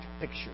picture